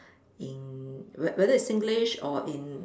in whe~ whether it's Singlish or in